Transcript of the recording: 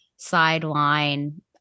sideline